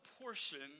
portion